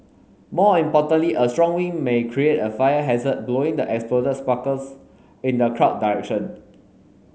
more importantly a strong wind may create a fire hazard blowing the exploded sparkles in the crowd direction